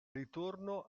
ritorno